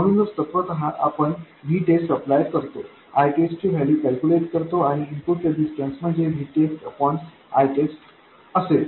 म्हणूनच तत्वतः आपण Vtest अप्लाय करतो Itest ची व्हॅल्यू कॅल्क्युलेट करतो आणि इनपुट रेजिस्टन्स म्हणजेVtestItestअसेल